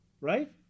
right